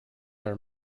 are